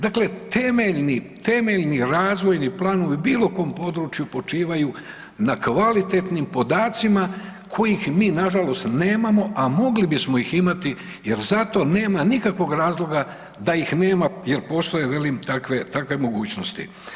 Dakle, temeljni razvojni planovi u bilo kom području na kvalitetnim podacima kojih mi nažalost nemamo, a mogli bismo ih imati jer za to nema nikakvog razloga da ih nema jel postoje takve mogućnosti.